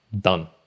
Done